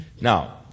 Now